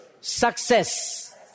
success